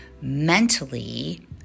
mentally